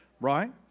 right